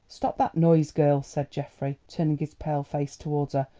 stop that noise, girl, said geoffrey, turning his pale face towards her.